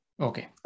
Okay